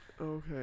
okay